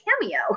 cameo